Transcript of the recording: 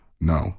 No